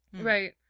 Right